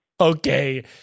Okay